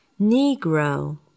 Negro